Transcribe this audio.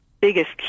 biggest